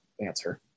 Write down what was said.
answer